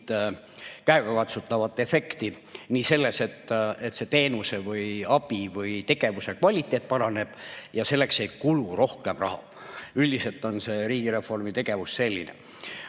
käegakatsutav efekt, nii et selle teenuse või abi või tegevuse kvaliteet paraneb ja selleks ei kulu rohkem raha. Üldiselt on riigireformi tegevus selline. Mis